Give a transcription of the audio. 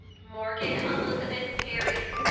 morgan elizabeth perry.